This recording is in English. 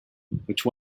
which